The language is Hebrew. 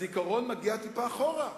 הזיכרון מגיע טיפה אחורה.